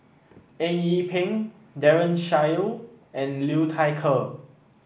Eng Yee Peng Daren Shiau and Liu Thai Ker